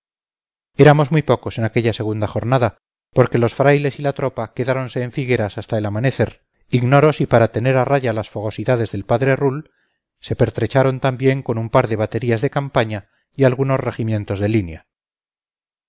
éramos muy pocos en aquella segunda jornada porque los frailes y la tropa quedáronse en figueras hasta el amanecer ignoro si para tener a raya las fogosidades del padre rull se pertrecharon también con un par de baterías de campaña y algunos regimientos de línea